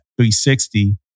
360